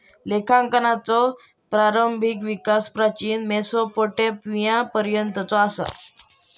लेखांकनाचो प्रारंभिक विकास प्राचीन मेसोपोटेमियापर्यंतचो असा